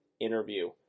interview